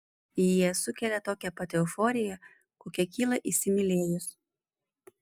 jie sukelia tokią pat euforiją kokia kyla įsimylėjus